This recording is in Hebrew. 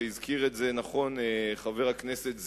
והזכיר את זה נכון חבר הכנסת זאב,